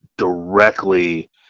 directly